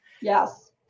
Yes